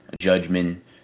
Judgment